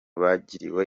bagiriwe